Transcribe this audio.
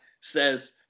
says